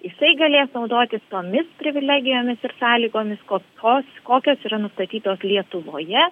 jisai galės naudotis tomis privilegijomis ir sąlygomis kokios kokios yra nustatytos lietuvoje